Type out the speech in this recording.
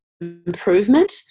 improvement